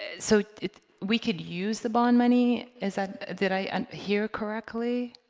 ah so it's we could use the bond money is that did i hear correctly